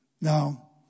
Now